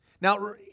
Now